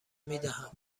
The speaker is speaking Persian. میدهند